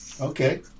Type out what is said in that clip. Okay